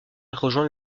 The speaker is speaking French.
rejoint